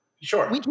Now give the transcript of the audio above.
sure